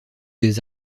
des